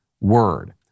word